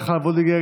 מיכל וולדיגר,